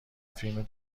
فیلم